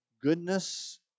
goodness